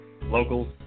Locals